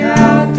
out